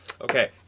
Okay